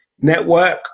network